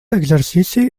exercici